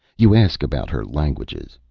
you ask about her languages.